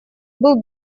был